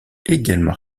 également